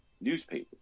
newspaper